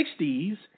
60s